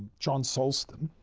john sulston,